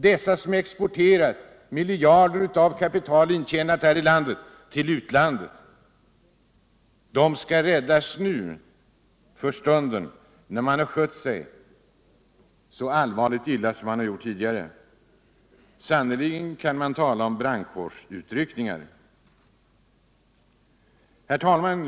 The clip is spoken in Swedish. Dessa företag, som till utlandet exporterat miljarder intjänade här i landet och som tidigare har skött sig så illa, skall nu räddas. Sannerligen kan man här tala om brandkårsutryckningar. Herr talman!